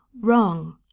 wrong